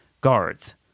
guards